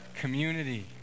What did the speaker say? community